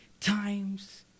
times